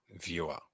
viewer